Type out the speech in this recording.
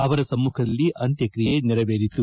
ಅವರ ಸಮ್ಮಖದಲ್ಲಿ ಅಂತ್ಯಕಿಯೆ ನೆರವೇರಿತು